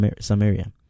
Samaria